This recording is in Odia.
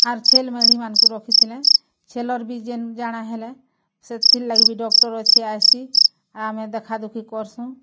ଆର୍ ଛେଲି ମେଢ଼ିମାନଙ୍କୁ ରଖିଥିଲେ ଛେଲ୍ର ବି ଜେନ୍ ଜାଣା ହେଲେ ସେଥିର୍ ଲାଗି ବି ବି ଡକ୍ଟର ଅଛି ଆସି ଆମେ ଦେଖାଦେଖି କର୍ସୁଁ